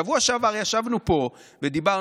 בשבוע שעבר ישבנו פה ודיברנו,